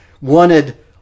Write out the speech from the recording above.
wanted